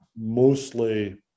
mostly